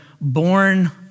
born